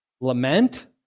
lament